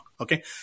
Okay